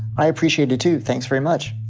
i appreciate it too. thanks very much.